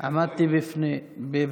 עמדתי בפני, איפה היית?